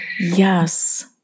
Yes